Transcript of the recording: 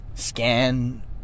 scan